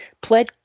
pled